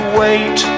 wait